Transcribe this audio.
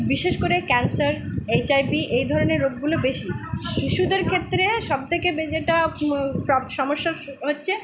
বিশেষ করে cancer H I V এই ধরনের রোগগুলো বেশি শিশুদের ক্ষেত্রে সব থেকে যেটা সমস্যা হচ্ছে